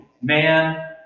man